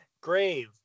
grave